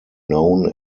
known